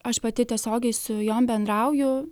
aš pati tiesiogiai su jom bendrauju